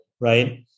right